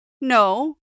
No